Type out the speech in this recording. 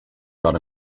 got